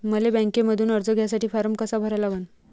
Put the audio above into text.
मले बँकेमंधून कर्ज घ्यासाठी फारम कसा भरा लागन?